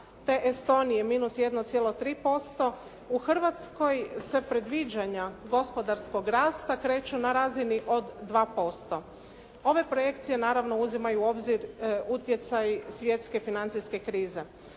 te Estonije -1,3%. U Hrvatskoj se predviđanja gospodarskog rasta kreću na razini od 2%. Ove projekcije naravno uzimaju u obzir utjecaj svjetske financijske krize.